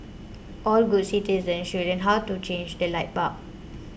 all good citizens should learn how to change a light bulb